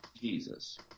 Jesus